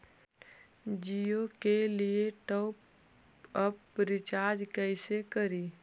जियो के लिए top up recharge कैसे करी?